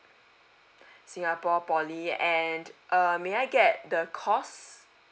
singapore poly and uh may I get the course